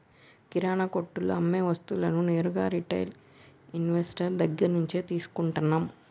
కిరణా కొట్టులో అమ్మే వస్తువులన్నీ నేరుగా రిటైల్ ఇన్వెస్టర్ దగ్గర్నుంచే తీసుకుంటన్నం